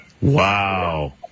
Wow